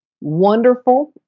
wonderful